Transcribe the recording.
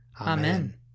Amen